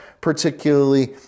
particularly